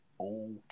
Okay